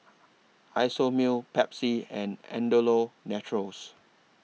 Isomil Pepsi and Andalou Naturals